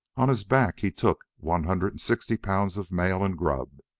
on his back he took one hundred and sixty pounds of mail and grub,